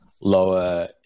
lower